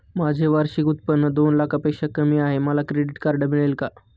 माझे वार्षिक उत्त्पन्न दोन लाखांपेक्षा कमी आहे, मला क्रेडिट कार्ड मिळेल का?